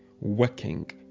working